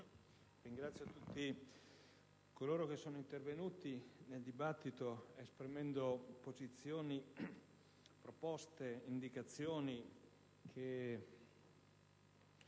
ringrazio tutti coloro che sono intervenuti nel dibattito esprimendo posizioni, proposte, indicazioni di